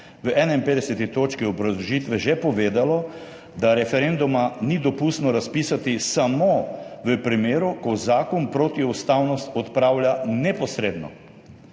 v 51. točki obrazložitve že povedalo, da referenduma ni dopustno razpisati samo v primeru, ko zakon protiustavnost odpravlja neposredno.